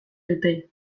dute